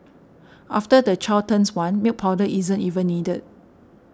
after the child turns one milk powder isn't even needed